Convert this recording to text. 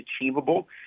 achievable